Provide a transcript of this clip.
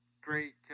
great